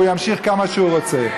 והוא ימשיך כמה שהוא רוצה.